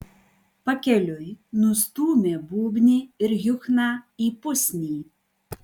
pakeliui nustūmė būbnį ir juchną į pusnį